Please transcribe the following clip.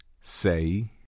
Say